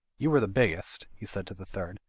you are the biggest he said to the third,